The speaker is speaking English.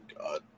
God